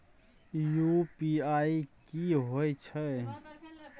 UPI की होय छै?